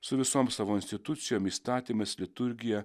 su visom savo institucijom įstatymais liturgija